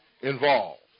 involved